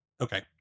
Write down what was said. Okay